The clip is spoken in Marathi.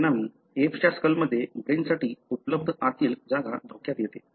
परिणामी एप्सच्या स्कलमध्ये ब्रेनसाठी उपलब्ध आतील जागा धोक्यात येते